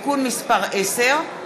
(תיקון מס׳ 10),